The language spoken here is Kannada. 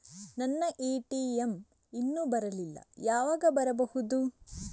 ನನ್ನ ಎ.ಟಿ.ಎಂ ಇನ್ನು ಬರಲಿಲ್ಲ, ಯಾವಾಗ ಬರಬಹುದು?